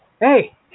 Hey